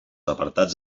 apartats